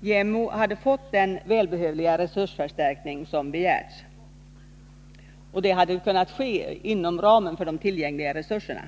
Jämställdhetsombudsmannen hade fått den välbehövliga resursförstärkning som begärts. Det hade kunnat ske inom ramen för de tillgängliga resurserna.